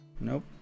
Nope